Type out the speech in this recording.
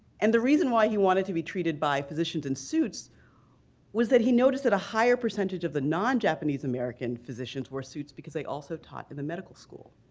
and the reason why he wanted to be treated by physicians in suits was that he noticed that a higher percentage of the non-japanese-american physicians wear suits because they also taught in the medical school.